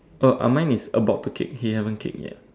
oh uh mine is about to kick he haven't kick yet